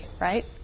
right